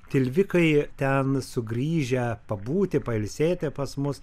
tilvikai ten sugrįžę pabūti pailsėti pas mus